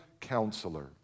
Counselor